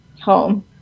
home